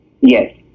Yes